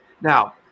now